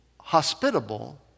hospitable